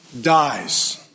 dies